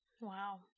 wow